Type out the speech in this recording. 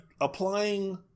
applying